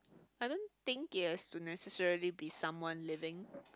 I don't think yes to necessarily be someone living